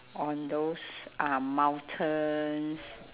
on those uh mountains